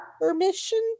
permission